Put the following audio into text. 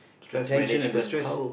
the tension and the stress